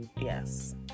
Yes